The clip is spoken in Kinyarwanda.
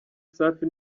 safi